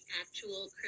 actual